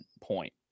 point